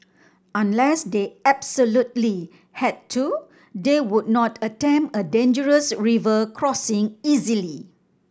unless they absolutely had to they would not attempt a dangerous river crossing easily